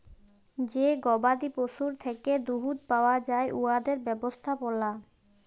যে গবাদি পশুর থ্যাকে দুহুদ পাউয়া যায় উয়াদের ব্যবস্থাপলা